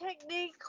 technique